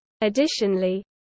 Additionally